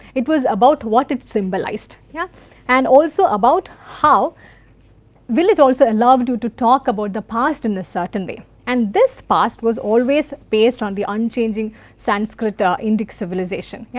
it was about what it symbolized, yeah and also about how village also allowed you to talk about the past in a certain way and this past was always based on the unchanging sanskrit ah indic civilization. yeah